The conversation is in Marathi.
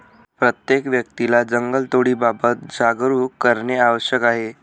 प्रत्येक व्यक्तीला जंगलतोडीबाबत जागरूक करणे आवश्यक आहे